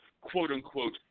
quote-unquote